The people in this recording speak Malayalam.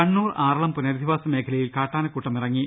കണ്ണൂർ ആറളം പുനരധിവാസ മേഖലയിൽ കാട്ടാനക്കൂട്ടം ഇറ ങ്ങി